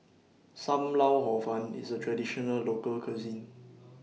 SAM Lau Hor Fun IS A Traditional Local Cuisine